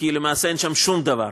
כי למעשה אין שם שום דבר.